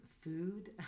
food